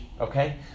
okay